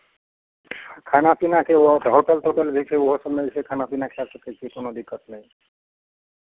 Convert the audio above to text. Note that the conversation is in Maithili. खाना पीनाके ओ होटल तोटल भी छै ओहो सभमे खाना पीना खाए सकै छी कोनो दिक्क्त नहि